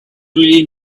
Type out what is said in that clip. really